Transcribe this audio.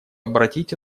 обратить